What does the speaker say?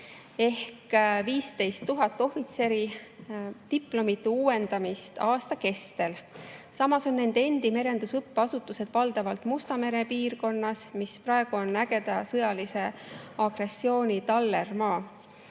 ehk 15 000 ohvitseri diplomi uuendamist aasta kestel. Samas on nende endi merendusõppeasutused valdavalt Musta mere piirkonnas, mis praegu on ägeda sõjalise agressiooni tallermaa.